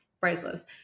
priceless